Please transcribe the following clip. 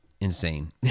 insane